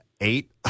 eight